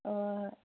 ꯍꯣꯏ ꯍꯣꯏ ꯍꯣꯏ